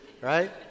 Right